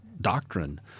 doctrine